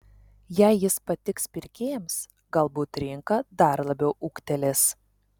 jei jis patiks pirkėjams galbūt rinka dar labiau ūgtelės